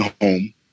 home